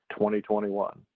2021